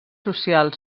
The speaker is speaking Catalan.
social